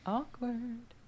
Awkward